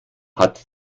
hat